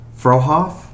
Frohoff